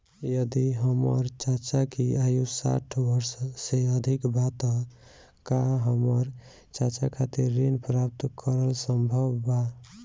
यदि हमर चाचा की आयु साठ वर्ष से अधिक बा त का हमर चाचा खातिर ऋण प्राप्त करल संभव बा